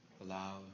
Allow